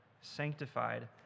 sanctified